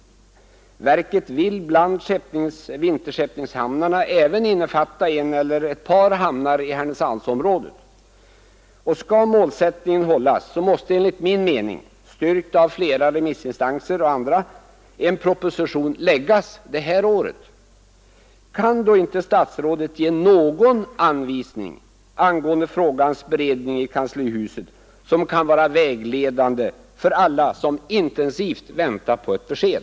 Verket vill bland vinterskeppningshamnarna även innefatta en eller ett par hamnar i Härnösandsområdet. Skall målsättningen hållas måste enligt min mening — styrkt av flera remissinstanser — en proposition läggas detta år. Kan då inte statsrådet ge någon anvisning angående frågans beredning i kanslihuset som kan vara vägledande för alla som intensivt väntar på ett besked?